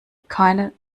keine